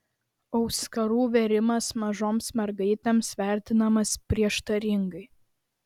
auskarų vėrimas mažoms mergaitėms vertinamas prieštaringai